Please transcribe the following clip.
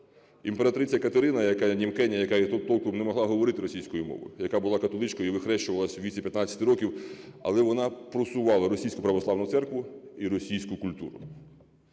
Імператриця Катерина, яка є німкеня, яка толком не могла говорити російською мовою, яка була католичкою і вихрещувалася у віці 15 років, але вона просувала Російську православну церкву і російську культуру.